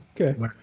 Okay